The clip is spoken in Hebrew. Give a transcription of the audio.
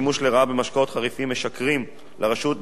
במשקאות חריפים משכרים לרשות למלחמה בסמים.